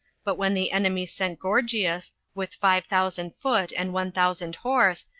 but when the enemy sent gorgias, with five thousand foot and one thousand horse,